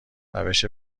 روش